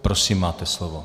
Prosím máte slovo.